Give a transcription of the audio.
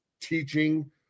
teaching